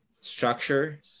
structure